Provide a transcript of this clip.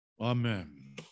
Amen